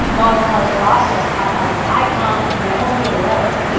model karlie kloss dressed up as icon marilyn monroe.